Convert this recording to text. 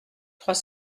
trois